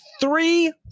three